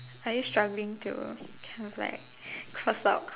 are you struggling to kind of like cross out